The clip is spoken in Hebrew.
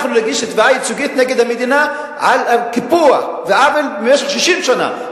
אנחנו נגיש תביעה ייצוגית נגד המדינה על קיפוח ועוול במשך 60 שנה,